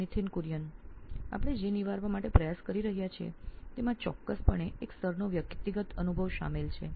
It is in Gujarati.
નિથિન કુરિયન સીઓઓ નોઇન ઇલેક્ટ્રોનિક્સ આપણે જેનું નિરાકરણ લાવવા માટે પ્રયાસ કરી રહ્યા છીએ તેમાં ચોક્કસપણે એક સ્તરનો વ્યક્તિગત અનુભવ શામેલ છે